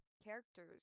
characters